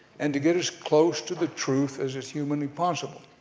and to get as close to the truth as as humanly possible.